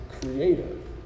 creative